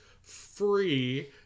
free